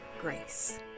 grace